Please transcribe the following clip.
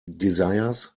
desires